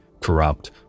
corrupt